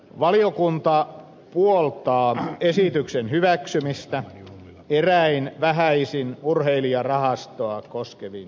valiokunta puoltaa esityksen hyväksymistä eräin vähäisin urheilijarahastoa koskevin muutoksin